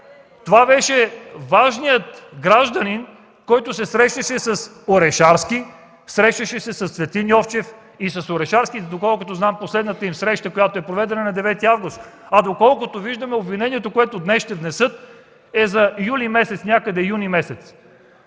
Това беше важният гражданин, който се срещаше с Орешарски, срещаше се с Цветлин Йовчев и с Орешарски. Доколкото знам, последната им среща е проведена на 9 август. Доколкото виждаме обвинението, което днес ще внесат, е за юни-юли месец.